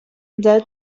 dare